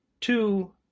two